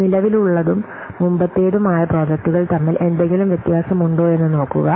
നിലവിലുള്ളതും മുമ്പത്തെതുമായ പ്രോജക്ടുകൾ തമ്മിൽ എന്തെങ്കിലും വ്യത്യാസമുണ്ടോയെന്ന് നോക്കുക